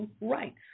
rights